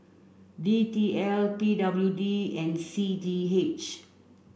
D T L P W D and C D H